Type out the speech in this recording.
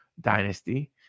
Dynasty